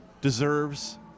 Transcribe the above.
deserves